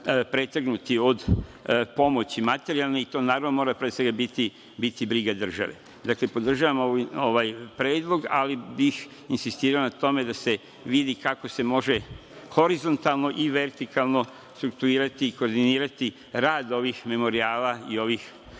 pretrgnuti od pomoći materijalne, i to mora pre svega biti briga države. Dakle, podržavam ovaj Predlog, ali bih insistirao na tome da se vidi kako se može horizontalno i vertikalno strukturirati i koordinirati rad ovih memorijala i ovih